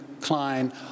Klein